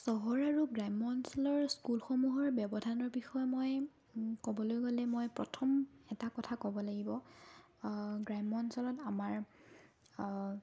চহৰ আৰু গ্ৰাম্য অঞ্চলৰ স্কুলসমূহৰ ব্যৱধানৰ বিষয়ে মই ক'বলৈ গ'লে মই প্ৰথম এটা কথা ক'ব লাগিব গ্ৰাম্য অঞ্চলত আমাৰ